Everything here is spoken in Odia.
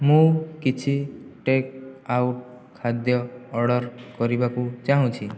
ମୁଁ କିଛି ଟେକ୍ ଆଉଟ୍ ଖାଦ୍ୟ ଅର୍ଡ଼ର କରିବାକୁ ଚାହୁଁଛି